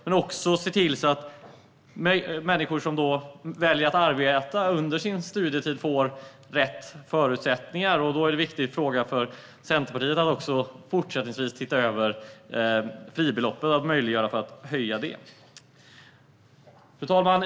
Men det handlar också om att se till att människor som väljer att arbeta under sin studietid får rätt förutsättningar. Då är en viktig fråga för Centerpartiet att man ser över fribeloppet och gör det möjligt att höja det. Fru talman!